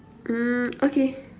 mm okay